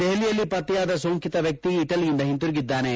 ದೆಹಲಿಯಲ್ಲಿ ಪತ್ತೆಯಾದ ಸೋಂಕಿತ ವ್ಯಕ್ತಿ ಇಟಲಿಯಿಂದ ಹಿಂತಿರುಗಿದ್ದಾನೆ